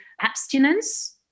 abstinence